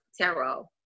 Tarot